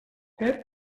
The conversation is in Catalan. fer